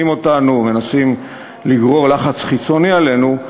אותנו ומנסים לגרור לחץ חיצוני עלינו,